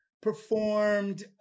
performed